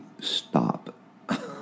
Stop